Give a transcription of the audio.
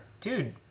dude